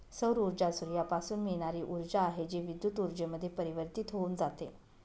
सौर ऊर्जा सूर्यापासून मिळणारी ऊर्जा आहे, जी विद्युत ऊर्जेमध्ये परिवर्तित होऊन जाते